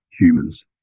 humans